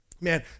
Man